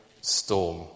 storm